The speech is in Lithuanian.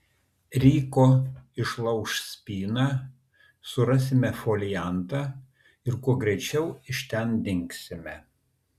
ryko išlauš spyną surasime foliantą ir kuo greičiau iš ten dingsime